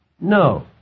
No